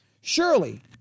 Surely